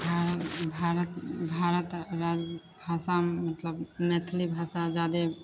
हम भारत भारत राज भाषामे मतलब मैथिली भाषा जादे